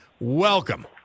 welcome